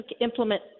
implement